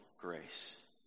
grace